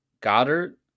Goddard